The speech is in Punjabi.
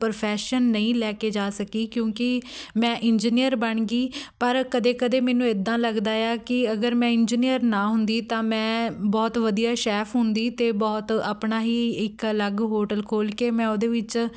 ਪ੍ਰੋਫੈਸ਼ਨ ਨਹੀਂ ਲੈ ਕੇ ਜਾ ਸਕੀ ਕਿਉਂਕਿ ਮੈਂ ਇੰਜੀਨੀਅਰ ਬਣ ਗਈ ਪਰ ਕਦੇ ਕਦੇ ਮੈਨੂੰ ਇੱਦਾਂ ਲੱਗਦਾ ਆ ਕਿ ਅਗਰ ਮੈਂ ਇੰਜਨੀਅਰ ਨਾ ਹੁੰਦੀ ਤਾਂ ਮੈਂ ਬਹੁਤ ਵਧੀਆ ਸ਼ੈੱਫ ਹੁੰਦੀ ਅਤੇ ਬਹੁਤ ਆਪਣਾ ਹੀ ਇੱਕ ਅਲੱਗ ਹੋਟਲ ਖੋਲ੍ਹ ਕੇ ਮੈਂ ਉਹਦੇ ਵਿੱਚ